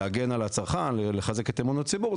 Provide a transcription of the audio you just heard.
כדי להגן על הצרכן ולחזק את אמון הציבור?